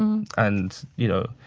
um and you know,